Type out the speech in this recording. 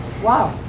wow.